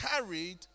carried